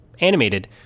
animated